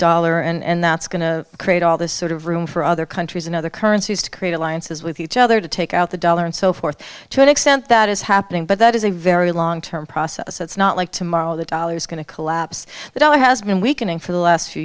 dollar and that's going to create all this sort of room for other countries and other currencies to create alliances with each other to take out the dollar and so forth to an extent that is happening but that is a very long term process so it's not like tomorrow the dollar's going to collapse the dollar has been weakening for the last few